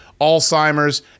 Alzheimer's